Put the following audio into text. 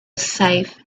safe